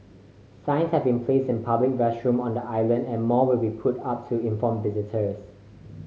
signs have been placed in public restrooms on the island and more will be put up to inform visitors